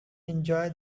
enjoy